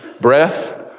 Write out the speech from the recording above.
breath